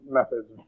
methods